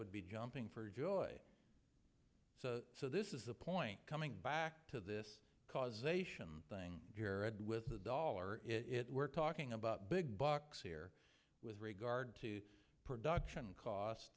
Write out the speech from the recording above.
would be jumping for joy so this is the point coming back to this causation thing with the dollar it we're talking about big bucks here with regard to production costs